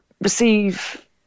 receive